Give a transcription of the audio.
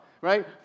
right